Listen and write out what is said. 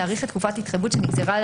להאריך את תקופת ההתחייבות שנגזרה על